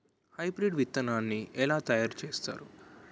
Hybrid విత్తనాన్ని ఏలా తయారు చేస్తారు?